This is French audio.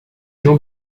jean